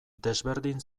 desberdin